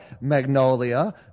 Magnolia